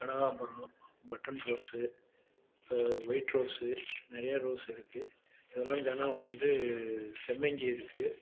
கனகாம்பரம் button rose white rose நிறைய rose இருக்குது இதெல்லாம் தினம் வந்து சம்மங்கி இருக்குது